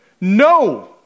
No